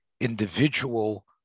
individual